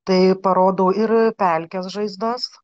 tai parodo ir pelkės žaizdos